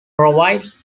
provides